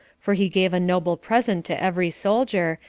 for he gave a noble present to every soldier,